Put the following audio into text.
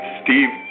steve